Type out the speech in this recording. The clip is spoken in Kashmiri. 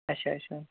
اچھا اچھا